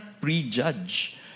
prejudge